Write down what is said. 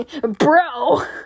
bro